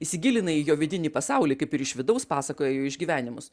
įsigilina į jo vidinį pasaulį kaip ir iš vidaus pasakoja jo išgyvenimus